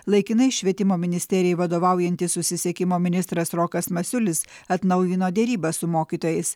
laikinai švietimo ministerijai vadovaujantis susisiekimo ministras rokas masiulis atnaujino derybas su mokytojais